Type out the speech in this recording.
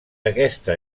aquesta